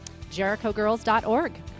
JerichoGirls.org